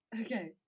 okay